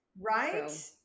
Right